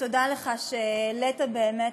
לסדר-היום.